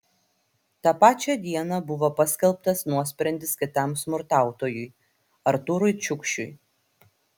tą pačią dieną buvo paskelbtas nuosprendis kitam smurtautojui artūrui čiukšiui